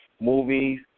movies